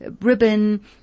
ribbon